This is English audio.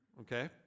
Okay